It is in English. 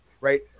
right